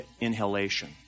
inhalation